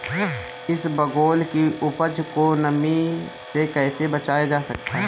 इसबगोल की उपज को नमी से कैसे बचाया जा सकता है?